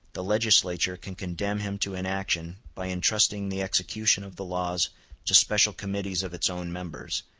the legislature can condemn him to inaction by intrusting the execution of the laws to special committees of its own members,